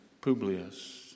Publius